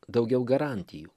daugiau garantijų